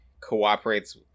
cooperates